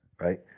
right